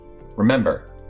Remember